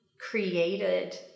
created